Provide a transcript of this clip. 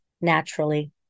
naturally